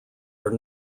are